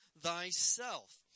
thyself